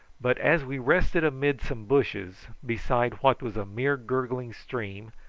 but as we rested amid some bushes beside what was a mere gurgling stream,